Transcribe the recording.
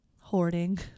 hoarding